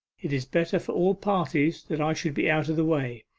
it is better for all parties that i should be out of the way.